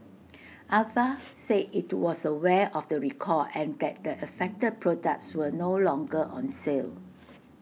Ava said IT was aware of the recall and that the affected products were no longer on sale